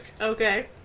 Okay